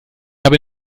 habe